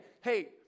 hey